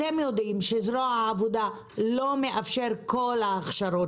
אתם יודעים שזרוע העבודה לא מאפשר את כל ההכשרות